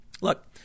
Look